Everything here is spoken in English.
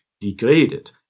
degraded